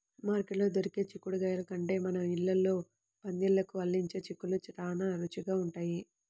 మార్కెట్లో దొరికే చిక్కుడుగాయల కంటే మన ఇళ్ళల్లో పందిళ్ళకు అల్లించే చిక్కుళ్ళు చానా రుచిగా ఉంటయ్